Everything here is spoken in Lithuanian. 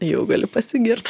jau gali pasigirt